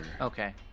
okay